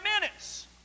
minutes